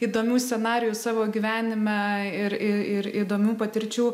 įdomių scenarijų savo gyvenime ir ir įdomių patirčių